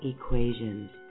equations